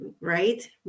right